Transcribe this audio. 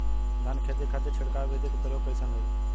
धान के खेती के खातीर छिड़काव विधी के प्रयोग कइसन रही?